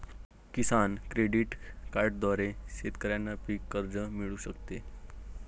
किसान credit कार्डद्वारे शेतकऱ्यांना पीक कर्ज मिळू शकते